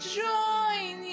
join